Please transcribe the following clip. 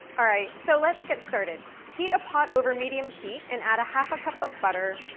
all right, so let's get started. heat a pot over medium heat, and add a half a cup of butter,